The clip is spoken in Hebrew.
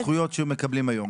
בזכויות שהם מקבלים היום.